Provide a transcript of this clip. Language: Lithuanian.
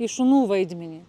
į šunų vaidmenį